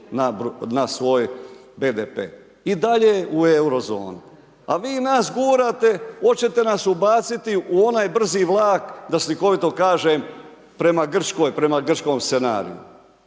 na svoj BDP i dalje je u Eurozoni. A vi nas gurate, hoćete nas ubaciti u onaj brzi vlak, da slikovito kažem, prema Grčkoj, prema grčkom scenariju.